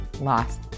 loss